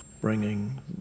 bringing